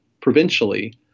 provincially